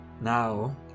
now